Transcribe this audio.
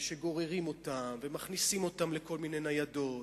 שגוררים אותם ומכניסים אותם לכל מיני ניידות,